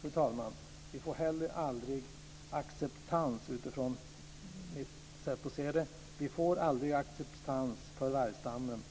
Fru talman! Vi får heller aldrig acceptans för vargstammen om inte folket får vara delaktigt i förvaltningen.